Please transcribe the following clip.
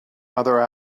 other